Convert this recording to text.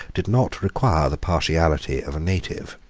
did not require the partiality of a native.